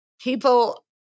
people